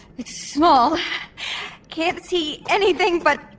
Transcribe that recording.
it's small. i can't see anything, but